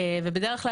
ובדרך כלל,